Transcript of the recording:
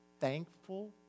thankful